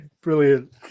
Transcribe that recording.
Brilliant